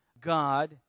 God